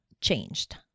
changed